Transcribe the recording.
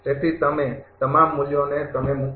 તેથી તમે તમામ મૂલ્યોને તમે મૂકો